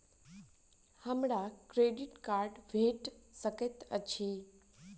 हमरा credit card भेट सकैत अछि?